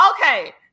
okay